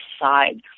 side